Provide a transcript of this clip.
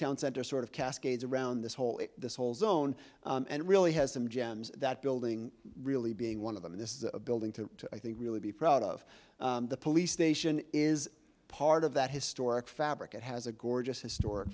town center sort of cascades around this whole this whole zone and really has some gems that building really being one of them this is a building to i think really be proud of the police station is part of that historic fabric it has a gorgeous historic